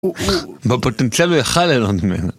בפוטנציאל הוא יכל ליהנות ממנו